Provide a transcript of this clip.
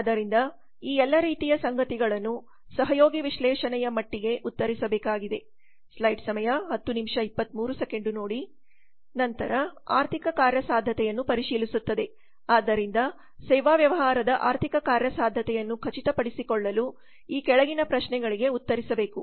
ಆದ್ದರಿಂದ ಈ ಎಲ್ಲ ರೀತಿಯ ಸಂಗತಿಗಳನ್ನು ಸಹಯೋಗಿ ವಿಶ್ಲೇಷಣೆಯ ಮಟ್ಟಿಗೆ ಉತ್ತರಿಸಬೇಕಾಗಿದೆ ನಂತರ ಆರ್ಥಿಕ ಕಾರ್ಯಸಾಧ್ಯತೆಯನ್ನು ಪರಿಶೀಲಿಸುತ್ತದೆ ಆದ್ದರಿಂದ ಸೇವಾ ವ್ಯವಹಾರದ ಆರ್ಥಿಕ ಕಾರ್ಯಸಾಧ್ಯತೆಯನ್ನು ಖಚಿತಪಡಿಸಿಕೊಳ್ಳಲು ಈ ಕೆಳಗಿನ ಪ್ರಶ್ನೆಗಳಿಗೆ ಉತ್ತರಿಸಬೇಕು